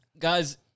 Guys